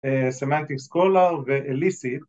‫סמנטיק סקולר ואליסית.